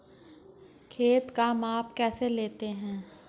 खेत का माप कैसे लेते हैं?